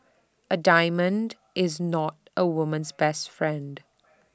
A diamond is not A woman's best friend